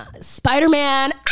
Spider-Man